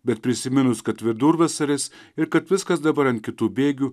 bet prisiminus kad vidurvasaris ir kad viskas dabar ant kitų bėgių